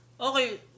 Okay